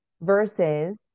versus